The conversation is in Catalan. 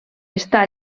està